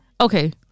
Okay